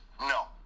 No